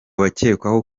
bakekwaho